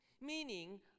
meaning